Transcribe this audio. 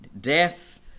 death